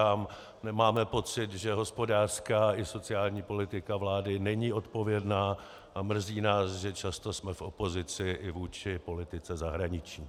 My máme pocit, že hospodářská i sociální politika vlády není odpovědná, a mrzí nás, že často jsme v opozici i vůči politice zahraniční.